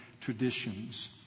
traditions